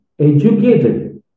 educated